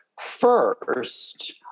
first